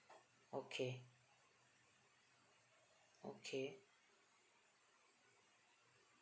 okay okay